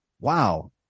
wow